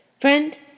Friend